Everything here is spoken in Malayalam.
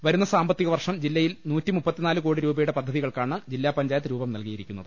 വരുന്ന സാമ്പത്തിക വർഷം ജില്ലയിൽ പ്രവൃത്തി കോടി രൂപയുടെ പദ്ധതികൾക്കാണ് ജില്ലാ പഞ്ചായത്ത് രൂപം നൽകിയിരിക്കുന്നത്